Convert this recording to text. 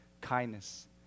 kindness